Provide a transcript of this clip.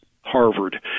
Harvard